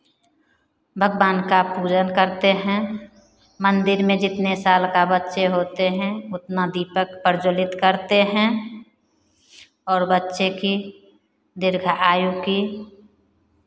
भगवान का पूजन करते हैं मंदिर में जितने साल का बच्चे होते हैं उतना दीपक प्रज्वलित करते हैं और बच्चे की दीर्घायु की